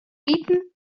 iten